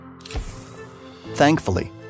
Thankfully